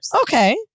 Okay